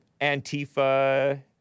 Antifa